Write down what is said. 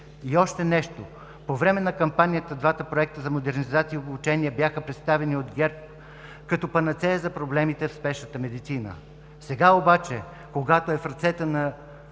И още нещо – по време на кампанията двата проекта за модернизация и обучение бяха представени от ГЕРБ като панацея за проблемите в спешната медицина. Сега обаче, когато е в ръцете Ви